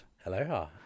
Hello